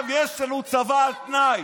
יש לנו צבא על תנאי.